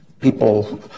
people